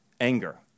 Anger